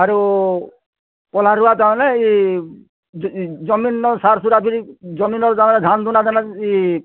ଆରୁ ପଲ୍ହା ରୁଆ ତା'ହେଲେ ଜମିନ ସାର୍ ସୁରା ଜମି ନ ଧାନ ଧୁନା କ୍ଷେତ କ୍ଷଲାନ ତା'ମାନେ ହଲ୍ ହୁଲା ପାନି କରି ରୁଆ ରୁଇ କରି